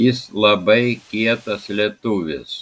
jis labai kietas lietuvis